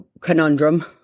conundrum